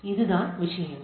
இதுதான் விஷயங்கள்